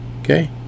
okay